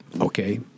Okay